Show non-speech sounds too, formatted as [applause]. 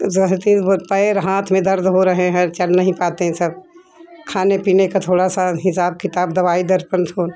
[unintelligible] दिन भर पैर हाथ में दर्द हो रहे हैं चल नही पाते सब खाने पीने का थोड़ा सा हिसाब किताब दवाई दर्पण